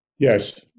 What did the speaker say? Yes